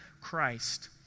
Christ